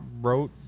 Wrote